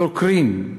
דוקרים,